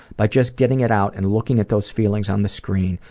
by just getting it out and looking at those feelings on the screen,